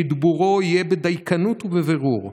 שדיבורו יהיה בדייקנות ובבירור,